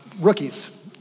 Rookies